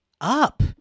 up